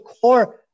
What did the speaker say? core